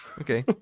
Okay